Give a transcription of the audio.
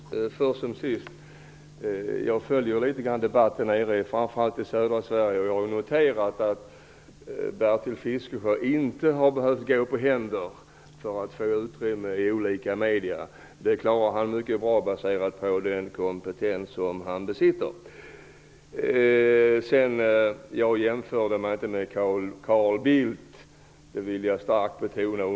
Herr talman! Först som sist: Jag följer debatterna framför allt i södra Sverige. Jag har noterat att Bertil Fiskesjö inte har behövt gå på händerna för att få uppmärksamhet i olika medier. Det klarar han mycket bra tack vare den kompetens som han besitter. Jag jämförde mig inte med Carl Bildt, det vill jag starkt betona.